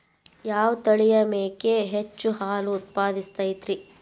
ಯಾವ ತಳಿಯ ಮೇಕೆ ಹೆಚ್ಚು ಹಾಲು ಉತ್ಪಾದಿಸತೈತ್ರಿ?